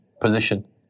position